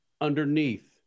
underneath